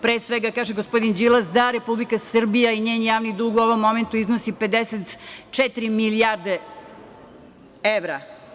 Pre svega, kaže gospodin Đilas da Republika Srbija i njen javni dug u ovom momentu iznosi 54 milijarde evra.